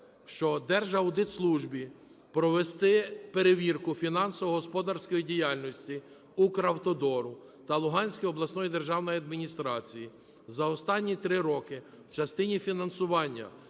що Держаудитслужбі провести перевірку фінансово-господарської діяльності Укравтодору та Луганської обласної державної адміністрації за останні три роки в частині фінансування